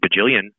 bajillion